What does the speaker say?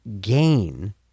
gain